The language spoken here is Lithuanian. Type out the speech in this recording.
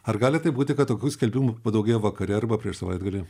ar gali taip būti kad tokių skelbimų padaugėja vakare arba prieš savaitgalį